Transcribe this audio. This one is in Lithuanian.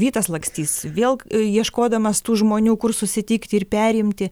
vytas lakstys vėl ieškodamas tų žmonių kur susitikti ir perimti